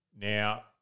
Now